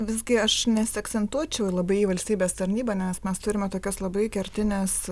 visgi aš nesiakcentuočiau labai į valstybės tarnybą nes mes turime tokias labai kertines